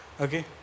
Okay